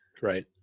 Right